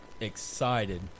excited